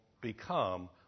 become